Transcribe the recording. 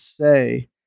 say